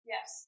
Yes